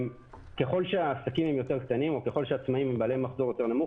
ככל שהעסקים קטנים יותר או ככל שהעצמאים הם בעלי מחזור נמוך יותר,